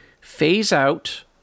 phase-out